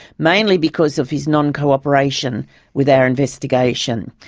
mainly because of his non-cooperation with our investigation.